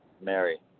Mary